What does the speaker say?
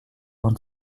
avant